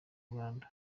rwanda